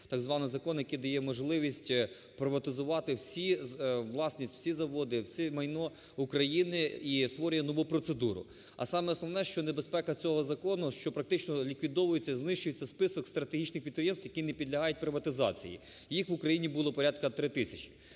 так званий закон, який дає можливість приватизувати всі… власність, всі заводи, все майно України і створює нову процедуру. А саме основне, що небезпека цього закону, що практично ліквідовується, знищується список стратегічних підприємств, які не підлягають приватизації. Їх в Україні було порядку 3 тисячі.